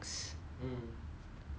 yeah definitely lah